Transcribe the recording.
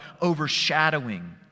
overshadowing